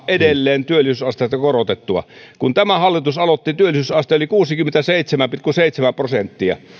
edelleen työllisyysastetta korotettua kun tämä hallitus aloitti työllisyysaste oli kuusikymmentäseitsemän pilkku seitsemän prosenttia